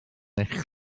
eich